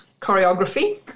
choreography